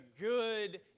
good